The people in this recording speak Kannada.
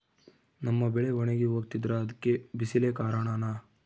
ನಮ್ಮ ಬೆಳೆ ಒಣಗಿ ಹೋಗ್ತಿದ್ರ ಅದ್ಕೆ ಬಿಸಿಲೆ ಕಾರಣನ?